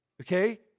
okay